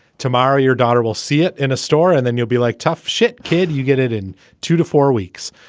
tomorrow your daughter will see it in a store and then you'll be like, tough shit, kid. you get it in two to four weeks.